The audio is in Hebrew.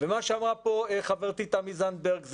ומה שאמרה פה חברתי תמי זנדברג,